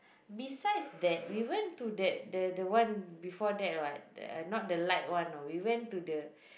besides that we went to that the the one before that what the not the light one you know we went to the